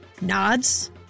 nods